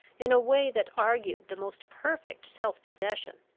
in a way that argued the most perfect self-possession.